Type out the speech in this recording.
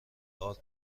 آرد